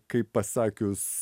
kaip pasakius